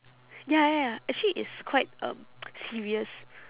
ya ya ya actually it's quite um serious